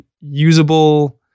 usable